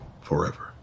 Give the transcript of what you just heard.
forever